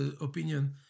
opinion